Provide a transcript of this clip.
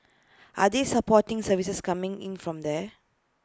are this supporting services coming in from there